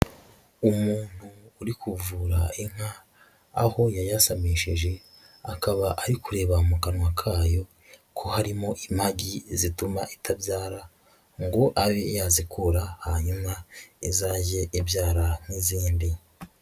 Umuntu uri kuvura inka, aho yayasamishije akaba ari kureba mu kanwa kayo ko harimo impagi zituma itabyara ngo abe yazikura hanyuma izajye ibyara nk'izindi.